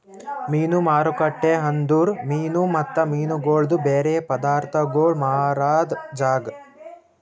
ಮೀನು ಮಾರುಕಟ್ಟೆ ಅಂದುರ್ ಮೀನು ಮತ್ತ ಮೀನಗೊಳ್ದು ಬೇರೆ ಪದಾರ್ಥಗೋಳ್ ಮಾರಾದ್ ಜಾಗ